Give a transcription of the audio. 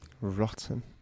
Rotten